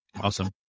awesome